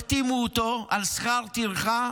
החתימו אותו על שכר טרחה,